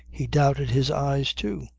he doubted his eyes too.